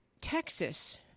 Texas